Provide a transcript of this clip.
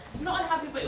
not unhappy,